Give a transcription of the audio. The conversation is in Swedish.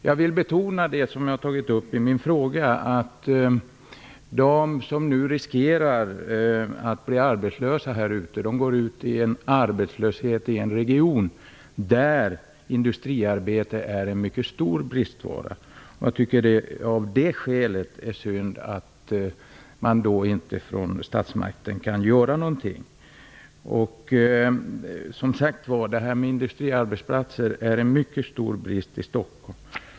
Jag vill betona det som jag tagit upp i min fråga, att de i Järfälla som nu riskerar att bli arbetslösa går ut i arbetslöshet i en region där industriarbete är en mycket stor bristvara. Av det skälet är det synd att statsmakten inte kan göra någonting. Som sagt var är det stor brist på industriarbetsplatser i Stockholm.